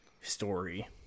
story